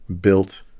built